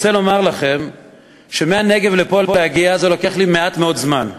רוצה לומר לכם שלהגיע מהנגב לפה לוקח לי מעט מאוד זמן,